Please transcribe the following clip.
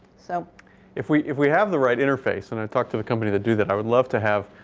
so if we if we have the right interface, and i talked to the company to do that, i would love to have,